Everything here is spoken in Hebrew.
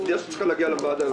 זאת פנייה שצריכה להגיע לוועדה.